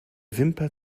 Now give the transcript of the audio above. wimper